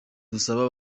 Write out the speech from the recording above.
twasaba